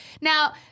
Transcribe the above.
Now